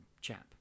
chap